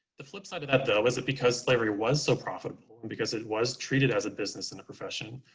the flip side of that, though, is it because slavery was so profitable, and because it was treated as a business and a profession,